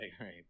right